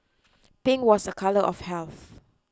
pink was a colour of health